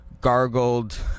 gargled